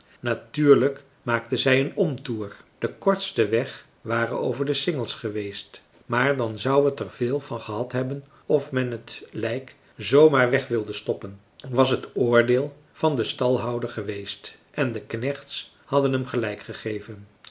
natuurlijk maakten zij een omtoer de kortste weg ware over de singels geweest maar dan zou het er veel van gehad hebben of men het lijk zoo maar weg wilde stoppen was het oordeel van den stalhouder geweest en de knechts hadden hem gelijk gegeven